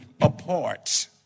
Apart